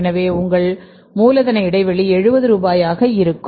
எனவே உங்கள் மூலதன இடைவெளி 70 ரூபாயாக இருக்கும்